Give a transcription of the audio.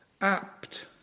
apt